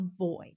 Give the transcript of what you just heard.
avoid